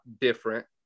different